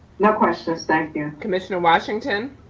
no questions, thank you. commissioner washington.